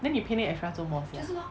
then 你 pay 那 extra 做莫